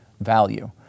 value